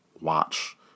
watch